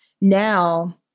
now